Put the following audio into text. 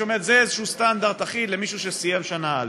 זה איזה סטנדרט אחיד למי שסיים שנה א'.